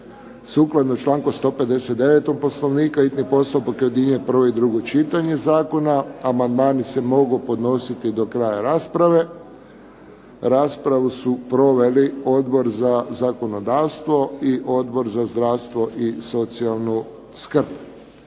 Sukladno članku 159. Poslovnika hitni postupak objedinjuje prvo i drugo čitanje zakona. Amandmani se mogu podnositi do kraja rasprave. Raspravu su proveli Odbor za zakonodavstvo i Odbor za zdravstvo i socijalnu skrb.